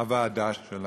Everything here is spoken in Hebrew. הוועדה שלנו,